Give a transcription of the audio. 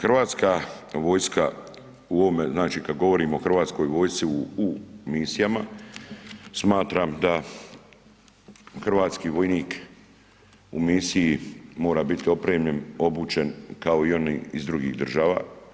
Hrvatska vojska u ovome, znači kad govorimo o Hrvatskoj vojsci u misijama smatram da hrvatski vojnik u misiji mora biti opremljen, obučen kao i oni iz drugih država.